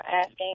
asking